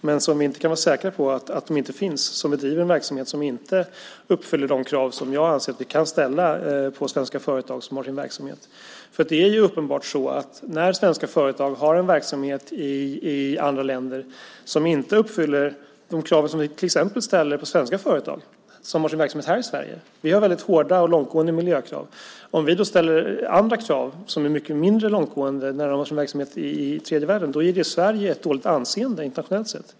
Vi kan dock inte vara säkra på att det inte finns företag som bedriver en verksamhet som inte uppfyller de krav som jag anser att vi kan ställa på svenska företag med en sådan verksamhet. I Sverige har vi väldigt hårda och långtgående miljökrav. Om vi då ställer andra och mycket mindre långtgående krav när företagen har sin verksamhet i tredje världen ger det Sverige ett dåligt anseende internationellt sett.